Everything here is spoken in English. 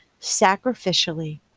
sacrificially